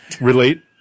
relate